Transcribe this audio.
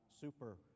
super